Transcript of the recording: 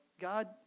God